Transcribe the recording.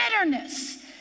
bitterness